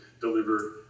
deliver